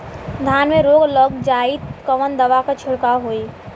धान में रोग लग जाईत कवन दवा क छिड़काव होई?